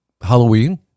halloween